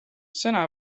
sõna